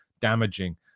damaging